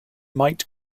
might